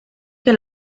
que